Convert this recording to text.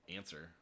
answer